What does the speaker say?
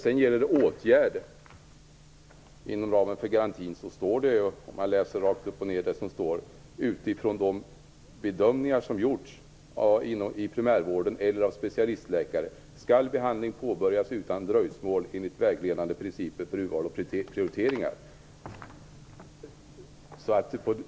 Vad gäller åtgärder inom ramen för garantin står det att utifrån de bedömningar som gjorts i primärvården eller av specialistläkare skall behandling påbörjas utan dröjsmål enligt vägledande principer för urval och prioriteringar.